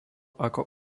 ako